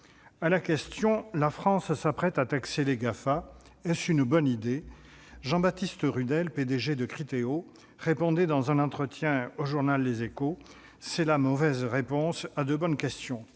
À la question « La France s'apprête à taxer les Gafa. Est-ce une bonne idée ?», Jean-Baptiste Rudelle, PDG de Criteo, répondait dans un entretien au journal :« C'est la mauvaise réponse à deux bonnes questions.